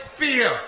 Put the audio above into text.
fear